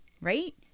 right